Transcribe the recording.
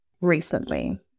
recently